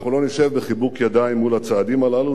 אנחנו לא נשב בחיבוק ידיים מול הצעדים הללו,